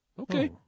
Okay